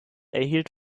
erhielt